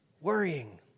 worrying